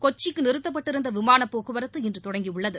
கொச்சிக்கு நிறுத்தப்பட்டிருந்த விமான போக்குவரத்து இன்று தொடங்கியுள்ளது